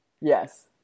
Yes